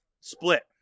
Split